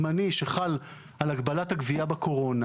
הזמני שחל על הגבלת הגבייה בקורונה.